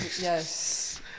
Yes